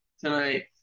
tonight